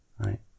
Right